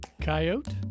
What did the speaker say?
coyote